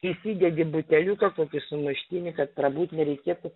įsidedi buteliuką kokį sumuštinį kad prabūt nereikėtų